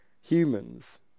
Humans